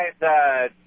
guys